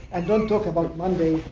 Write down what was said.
and don't talk about monday,